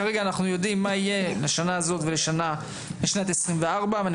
כרגע אנחנו יודעים מה יהיה לשנה הזאת ולשנת 2024. אני